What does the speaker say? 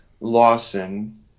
Lawson